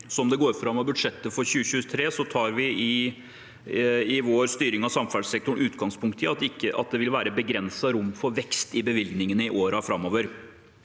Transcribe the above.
Som det går fram av budsjettet for 2023, tar vi i vår styring av samferdselssektoren utgangspunkt i at det vil være et begrenset rom for vekst i bevilgningene i årene framover.